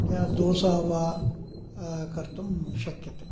या दोसा वा कर्तुं शक्यते